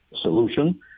solution